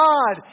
God